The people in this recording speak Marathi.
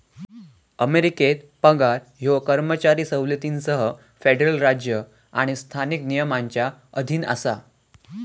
अमेरिकेत पगार ह्यो कर्मचारी सवलतींसह फेडरल राज्य आणि स्थानिक नियमांच्या अधीन असा